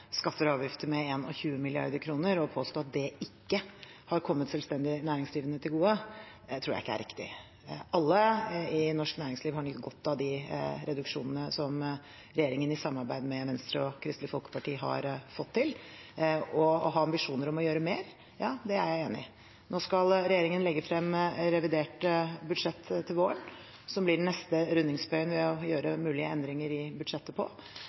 skatter og avgifter med 21 mrd. kr, og det å påstå at det ikke har kommet selvstendig næringsdrivende til gode, tror jeg ikke er riktig. Alle i norsk næringsliv har nytt godt av de reduksjonene som regjeringen i samarbeid med Venstre og Kristelig Folkeparti har fått til – og å ha ambisjoner om å gjøre mer, det er jeg enig i. Nå skal regjeringen legge frem revidert budsjett til våren, som blir den neste rundingsbøyen for å gjøre mulige endringer i budsjettet.